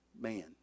man